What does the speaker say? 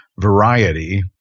variety